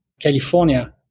California